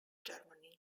germany